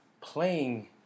playing